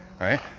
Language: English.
Right